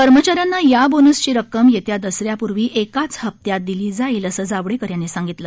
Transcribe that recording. कर्मचाऱ्यांना या बोनसची रक्कम येत्या दसऱ्यापूर्वी एकाच हप्त्यात दिली जाईल असं जावडेकर यांनी सांगितलं